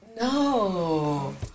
No